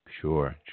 Sure